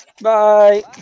Bye